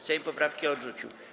Sejm poprawki odrzucił.